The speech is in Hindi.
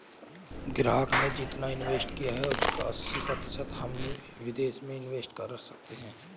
ग्राहकों ने जितना इंवेस्ट किया है उसका अस्सी प्रतिशत हम विदेश में इंवेस्ट कर सकते हैं